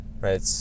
right